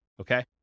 okay